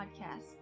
podcast